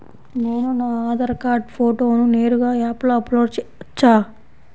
నేను నా ఆధార్ కార్డ్ ఫోటోను నేరుగా యాప్లో అప్లోడ్ చేయవచ్చా?